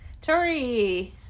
Tori